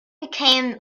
became